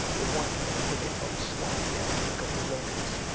the wife of philip of swabia, king of the romans.